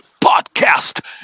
podcast